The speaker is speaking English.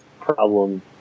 problem